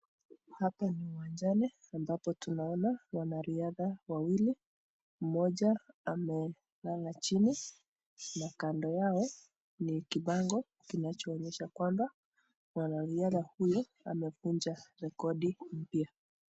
Hapa ni uwanjani ambapo tunaona wanariadha wawili mmoja amelala chini na kando yao ni kibango kinachoonyesha kwamba mwanariadha huyo amevunja rekodi mpya.